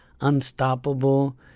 unstoppable